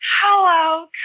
Hello